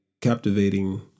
captivating